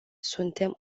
suntem